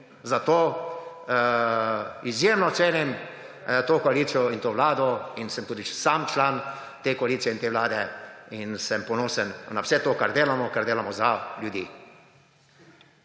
Zato izjemno cenim to koalicijo in to vlado in sem tudi sam član te koalicije in te vlade. Ponosen sem na vse to, kar delamo, kar delamo za ljudi.